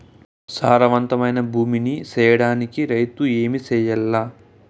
సారవంతమైన భూమి నీ సేయడానికి రైతుగా ఏమి చెయల్ల?